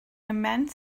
immense